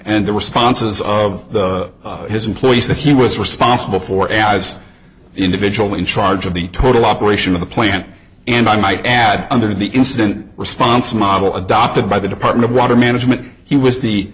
and the responses of his employees that he was responsible for as individual in charge of the total operation of the plant and i might add under the instant response model adopted by the department of water management he was the